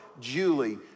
Julie